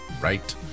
right